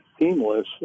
seamless